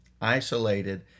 isolated